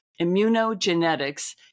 immunogenetics